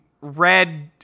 red